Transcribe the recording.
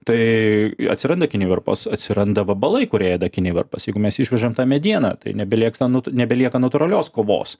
tai atsiranda kinivarpos atsiranda vabalai kurie ėda kinivarpas jeigu mes išvežam tą medieną tai nebelieka nebelieka natūralios kovos